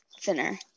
thinner